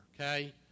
okay